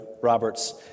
Roberts